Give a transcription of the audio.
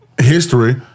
history